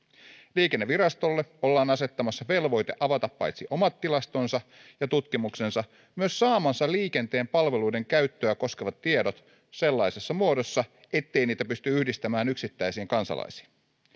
liikennevirastolle ollaan asettamassa velvoite avata paitsi omat tilastonsa ja tutkimuksensa myös saamansa liikenteen palveluiden käyttöä koskevat tiedot sellaisessa muodossa ettei niitä pysty yhdistämään yksittäisiin kansalaisiin